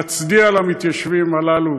להצדיע למתיישבים הללו,